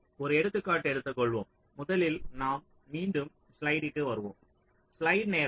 ஒரு எடுத்துக்காட்டு எடுத்துக்கொள்வோம் முதலில் நாம் மீண்டும் ஸ்லைடிற்கு வருவோம்